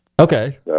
Okay